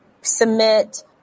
submit